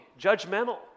judgmental